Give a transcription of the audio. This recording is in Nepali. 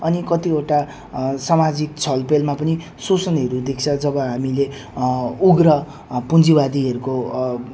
अनि कतिवटा सामाजिक छल पेलमा पनि शोषणहरू देख्छ जब हामीले उग्र पुञ्जीवादीहरूको